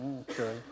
Okay